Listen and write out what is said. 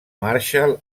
marshall